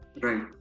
Right